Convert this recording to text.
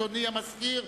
אדוני המזכיר,